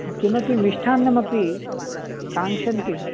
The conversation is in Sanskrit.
हा किमपि मिष्टान्नमपि कांक्षन्ति